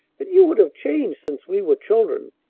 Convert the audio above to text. that you would have changed since we were children.